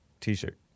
T-shirt